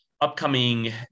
upcoming